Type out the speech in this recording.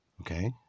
Okay